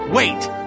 Wait